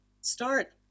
start